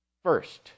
First